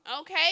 Okay